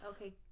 Okay